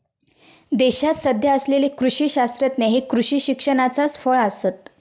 देशात सध्या असलेले कृषी शास्त्रज्ञ हे कृषी शिक्षणाचाच फळ आसत